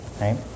Right